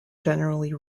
generally